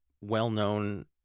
well-known